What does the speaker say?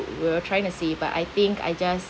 you're trying to say but I think I just